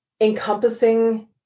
encompassing